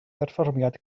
berfformiad